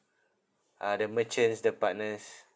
uh the merchants the partners